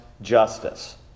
justice